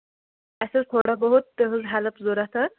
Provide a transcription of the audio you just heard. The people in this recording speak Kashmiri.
اَسہِ اوس تھوڑا بہت تُہٕنٛز ہیٚلٕپ ضروٗرت حظ